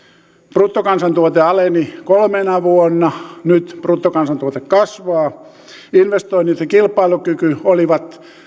bruttokansantuote aleni kolmena vuonna nyt bruttokansantuote kasvaa investoinnit ja kilpailukyky olivat